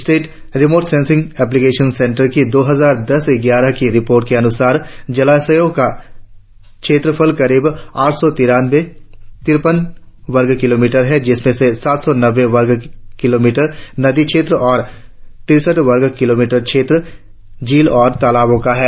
state remote sensing application centre की दो हजार दस ग्यारह की रिपोर्ट के अनुसार जलाशयों का क्षेत्रफल करीब आठ सौ तिरपन वर्ग किलोमीटर है जिसमें से सात सौ नब्बे वर्ग किलोमीटर नदी क्षेत्र और तिरसठ वर्ग किलोमीटर क्षेत्र झील और तालाबों का है